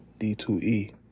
D2E